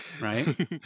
Right